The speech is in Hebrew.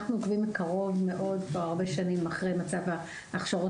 אנחנו עוקבים מקרוב מאוד כבר הרבה שנים אחרי מצב ההכשרות